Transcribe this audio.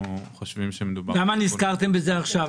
למה נזכרתם בזה עכשיו?